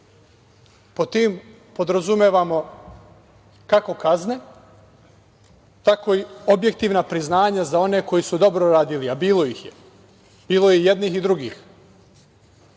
Pod tim podrazumevamo kako kazne, tako i objektivna priznanja za one koji su dobro radili, a bilo ih je, bilo je i jednih i drugih.